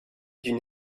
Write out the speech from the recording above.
d’une